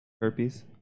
herpes